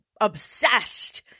obsessed